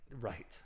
Right